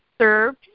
served